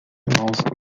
months